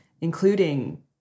including